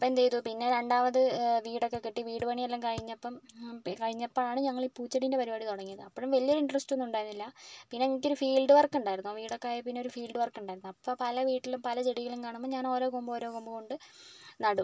അപ്പോള് എന്തുചെയ്തു പിന്നെ രണ്ടാമത് വീടൊക്കെ കെട്ടി വീടുപണിയെല്ലാം കഴിഞ്ഞപ്പോള് കഴിഞ്ഞപ്പോഴാണ് ഞങ്ങളീ പൂച്ചെടിയുടെ പരിപാടി തുടങ്ങിയത് അപ്പോഴും വലിയൊരു ഇൻട്രസ്റ്റൊന്നുമുണ്ടായിരുന്നില്ല പിന്നെ എനിക്കൊരു ഫീൽഡ് വർക്കുണ്ടായിരുന്നു വീടൊക്കെയായതില്പ്പിന്നെ ഒരു ഫീൽഡ് വർക്കുണ്ടായിരുന്നു അപ്പോള് പല വീട്ടിലും പല ചെടികളും കാണുമ്പോള് ഞാനോരോ കൊമ്പോരോ കൊമ്പുകൊണ്ട് നടും